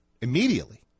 Immediately